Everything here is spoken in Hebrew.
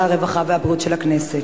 הרווחה והבריאות של הכנסת.